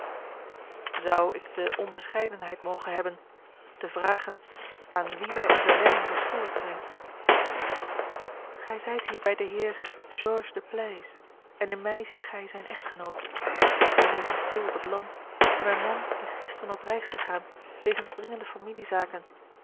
zou ik de onbescheidenheid mogen hebben te vragen aan wie wij onze redding verschuldigd zijn gij zijt hier bij den heer george de pleyes en in mij ziet gij zijne echtgenoot wij leven stil op het land en mijn man is gisteren op reis gegaan wegens dringende familiezaken